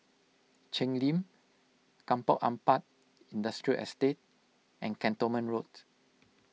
Cheng Lim Kampong Ampat Industrial Estate and Cantonment Road